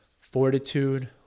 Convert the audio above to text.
fortitude